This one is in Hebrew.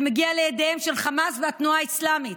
שמגיע לידיהם של חמאס והתנועה האסלאמית.